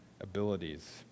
abilities